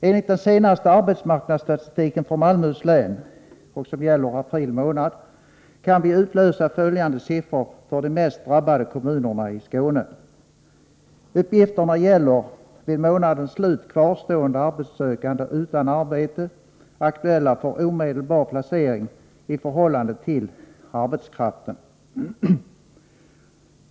Enligt den senaste arbetsmarknadsstatistiken för Malmöhus län, som gäller april månad, kan vi utläsa följande siffror för de mest drabbade kommunerna i Skåne. Uppgifterna gäller vid månadens slut kvarstående arbetssökande utan arbete, aktuella för omedelbar placering, i förhållande till arbetskraften.